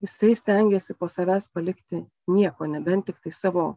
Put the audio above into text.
jisai stengiasi po savęs palikti nieko nebent tiktai savo